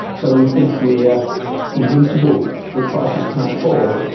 so we think we are invincible, that prices can't fall.